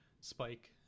spike